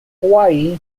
hawaii